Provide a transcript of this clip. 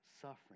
suffering